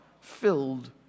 filled